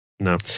no